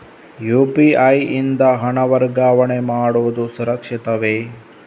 UPI ಯಿಂದ ಹಣ ವರ್ಗಾವಣೆ ಮಾಡುವುದು ಸುರಕ್ಷಿತವೇ?